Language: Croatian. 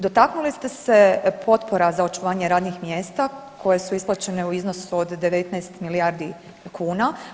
Dotaknuli ste se potpora za očuvanje radnih mjesta koje su isplaćene u iznosu od 19 milijardi kuna.